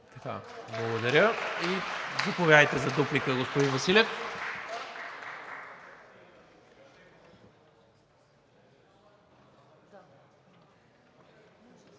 Благодаря. Заповядайте за дуплика, господин Василев.